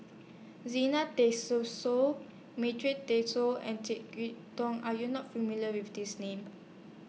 Zena Madra Togh and Jek Yeun Thong Are YOU not familiar with These Names